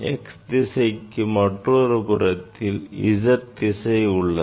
x திசைக்கு மற்றொரு புறத்தில் z திசை உள்ளது